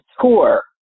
tour